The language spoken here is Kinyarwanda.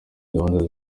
gahunda